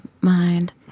mind